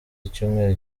icyumweru